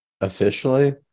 Officially